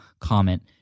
comment